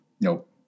Nope